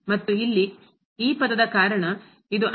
ಮತ್ತು ಇಲ್ಲಿ ಈ ಪದದ ಕಾರಣ ಇದು ಮತ್ತು ಆಗಿರುತ್ತದೆ